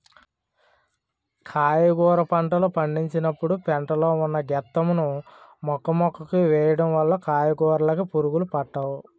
కాయగుర పంటలు పండించినపుడు పెంట లో ఉన్న గెత్తం ను మొక్కమొక్కకి వేయడం వల్ల కూరకాయలుకి పురుగులు పట్టవు